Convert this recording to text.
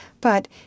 But